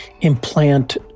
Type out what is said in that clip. implant